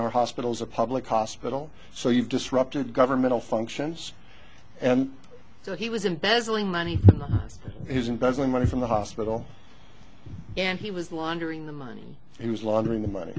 our hospitals a public hospital so you've disrupted governmental functions and so he was embezzling money he's investing money from the hospital and he was laundering the money he was laundering the money